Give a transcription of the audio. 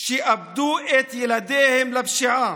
שאיבדו את ילדיהם בפשיעה.